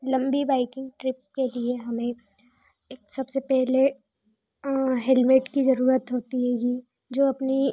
लंबी biking trip के लिए हमें एक सबसे पहले हेलमेट की ज़रूरत होती हैगी जो अपनी